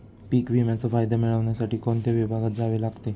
पीक विम्याचा फायदा मिळविण्यासाठी कोणत्या विभागात जावे लागते?